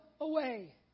away